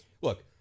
look